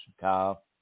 Kyle